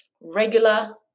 regular